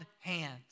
hands